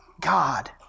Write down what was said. God